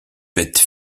bêtes